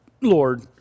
Lord